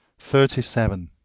thirty seven.